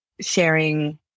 sharing